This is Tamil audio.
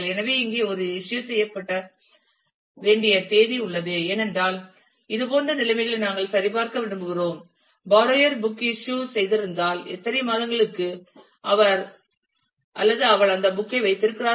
எனவே இங்கே ஒரு இஸ்யூ பதிவு செய்யப்பட வேண்டிய தேதி உள்ளது ஏனென்றால் இது போன்ற நிலைமைகளை நாங்கள் சரிபார்க்க விரும்புகிறோம் பாரோயர் புக் இஸ்யூ செய்திருந்தால் எத்தனை மாதங்களுக்கு அவர் அல்லது அவள் அந்த புக் ஐ வைத்திருக்கிறார்கள்